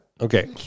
Okay